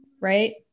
right